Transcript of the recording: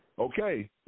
Okay